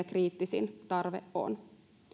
kriittisin tarve on